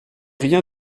rien